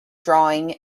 drawing